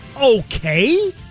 okay